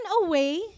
away